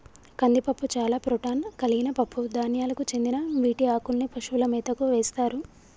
కందిపప్పు చాలా ప్రోటాన్ కలిగిన పప్పు ధాన్యాలకు చెందిన వీటి ఆకుల్ని పశువుల మేతకు వేస్తారు